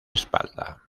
espalda